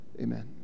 Amen